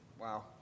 Wow